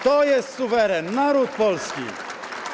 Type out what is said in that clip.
To jest suweren, naród polski.